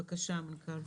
בבקשה, המנכ"ל.